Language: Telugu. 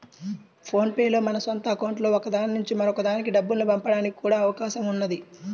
ఫోన్ పే లో మన సొంత అకౌంట్లలో ఒక దాని నుంచి మరొక దానికి డబ్బుల్ని పంపడానికి కూడా అవకాశం ఉన్నది